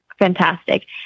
Fantastic